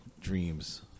dreams